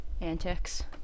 antics